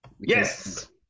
Yes